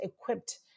equipped